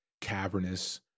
cavernous